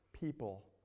people